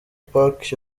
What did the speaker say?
park